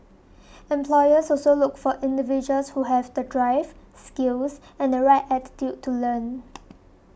employers also look for individuals who have the drive skills and the right attitude to learn